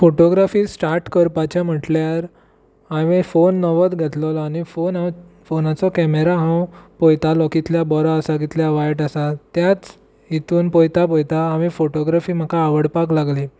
photography start करपाचें म्हटल्यार हांवेन फोन नवोच घेतलेलो आनी फोन हांवेन फोनाचो केमेरा हांव पळयतालों कितलो बरो आसा कितलो वायट आसा त्याच हितूंत पळयता पळयता हांवेन फोटोग्राफी म्हाका आवडपाक लागली